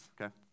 okay